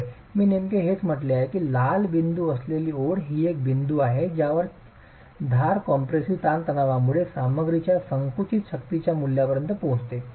होय मी नेमके हेच म्हटले आहे की लाल बिंदू असलेली ओळ ही एक बिंदू आहे ज्यावर धार कॉम्प्रेसिव्ह ताणतणावामुळे सामग्रीच्या संकुचित शक्तीच्या मूल्यापर्यंत पोहोचते